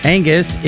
Angus